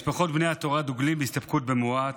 משפחות בני התורה דוגלות בהסתפקות במועט,